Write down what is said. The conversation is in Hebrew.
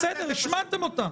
בסדר, השמעתם אותה.